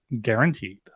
guaranteed